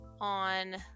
on